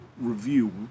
review